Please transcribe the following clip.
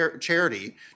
charity